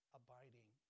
abiding